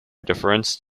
deference